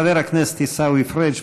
חבר הכנסת עיסאווי פריג',